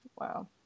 Wow